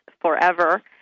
Forever